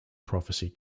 prophecy